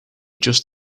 just